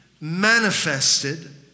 manifested